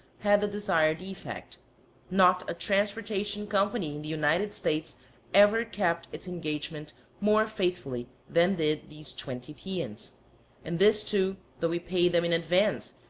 had the desired effect not a transportation company in the united states ever kept its engagement more faithfully than did these twenty peons and this, too, though we paid them in advance,